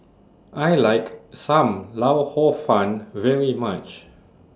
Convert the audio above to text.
I like SAM Lau Hor Fun very much